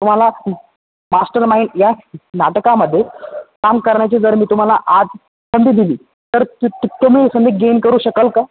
तुम्हाला mastermind या नाटकामध्ये काम करण्याची जर मी तुम्हाला आज संधी दिली तर ती तुमी संधी गेन करू शकाल का